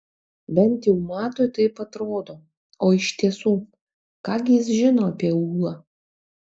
bent jau matui taip atrodo o iš tiesų ką gi jis žino apie ūlą